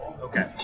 okay